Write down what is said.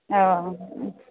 औ